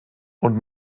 und